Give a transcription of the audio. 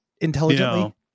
intelligently